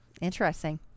interesting